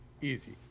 Easy